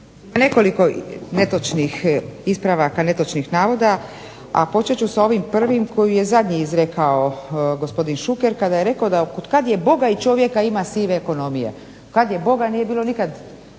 Nekoliko netočnih ispravaka netočnih navoda, a počet ću sa ovim prvim koji je zadnji izrekao gospodin Šuker kada je rekao da od kad je Boga i čovjeka ima sive ekonomije. Kad je boga nije bilo nikad,